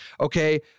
Okay